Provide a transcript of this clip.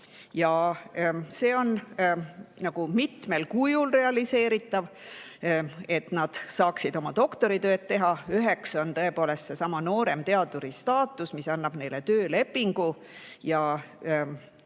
See on mitmel kujul realiseeritav, et nad saaksid oma doktoritööd teha. Üks on tõepoolest seesama nooremteaduri staatus, mis annab neile töölepingu ja peaks